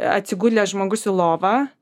atsigulęs žmogus į lovą